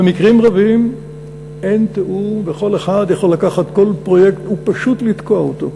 ובמקרים רבים אין תיאום וכל אחד יכול לקחת כל פרויקט ופשוט לתקוע אותו.